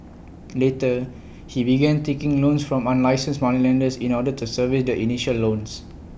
later he began taking loans from unlicensed moneylenders in order to service the initial loans